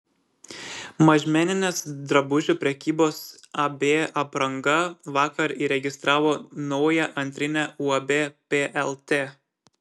mažmeninės drabužių prekybos ab apranga vakar įregistravo naują antrinę uab plt